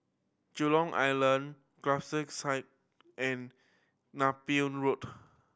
Jurong Island Gallop Circus and Napier Road